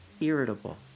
irritable